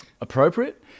appropriate